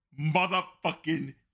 motherfucking